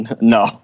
No